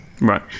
right